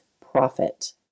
profit